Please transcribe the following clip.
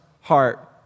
heart